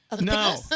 No